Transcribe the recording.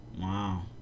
wow